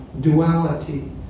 duality